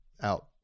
Out